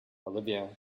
olivia